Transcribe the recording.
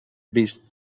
vist